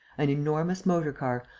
an enormous motor-car,